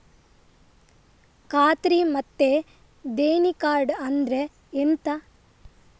ಖಾತ್ರಿ ಮತ್ತೆ ದೇಣಿ ಕಾರ್ಡ್ ಅಂದ್ರೆ ಎಂತ?